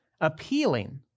appealing